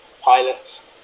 pilots